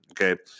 okay